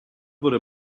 wurde